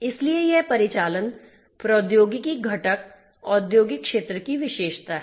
इसलिए यह परिचालन प्रौद्योगिकी घटक औद्योगिक क्षेत्र की विशेषता है